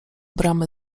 bramy